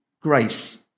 grace